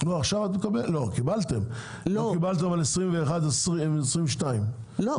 לא, קיבלתם, קיבלתם על 2021, 2022. לא.